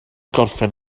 gorffen